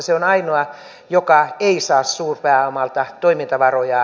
se on ainoa joka ei saa suurpääomalta toimintavarojaan